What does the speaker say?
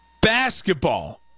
basketball